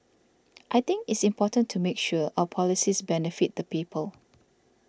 I think it's important to make sure our policies benefit the people